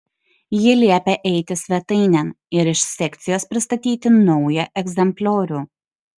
ji liepia eiti svetainėn ir iš sekcijos pristatyti naują egzempliorių